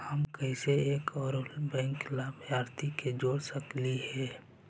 हम कैसे एक और बैंक लाभार्थी के जोड़ सकली हे?